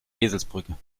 eselsbrücke